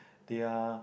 they are